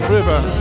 River